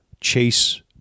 Chase